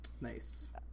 nice